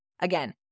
again